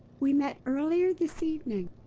we met earlier this evening.